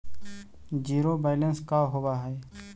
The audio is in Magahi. जिरो बैलेंस का होव हइ?